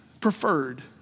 preferred